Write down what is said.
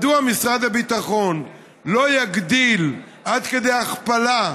מדוע משרד הביטחון לא יגדיל, עד כדי הכפלה,